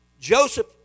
Joseph